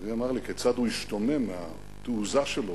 אבי אמר לי כיצד הוא השתומם מהתעוזה שלו,